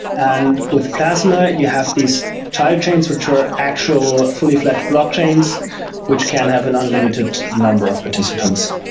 and with plasma, you have these child chains which are actual fully fledged blockchains which can have an unlimited number of participants.